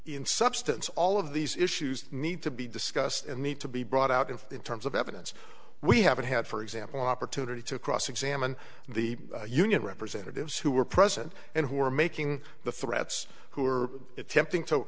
in substance all of these issues need to be discussed in the need to be brought out in terms of evidence we haven't had for example an opportunity to cross examine the union representatives who were present and who are making the threats who are attempting to